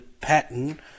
pattern